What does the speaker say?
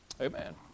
Amen